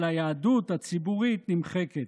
אבל היהדות הציבורית נמחקת.